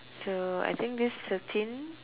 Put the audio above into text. so I think this thirteen